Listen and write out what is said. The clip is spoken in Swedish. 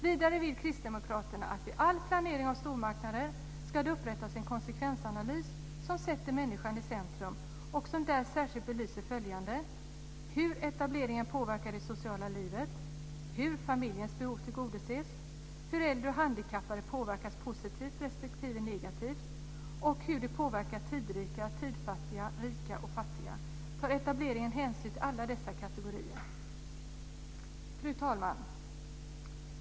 Vidare vill vi kristdemokrater att det vid all planering av stormarknader ska upprättas en konsekvensanalys som sätter människan i centrum och som särskilt belyser följande: · hur etableringen påverkar det sociala livet, · hur det påverkar skillnader mellan tidrika och tidfattiga människor och mellan rika och fattiga människor - frågan är om etableringen tar hänsyn till alla dessa kategorier. Fru talman!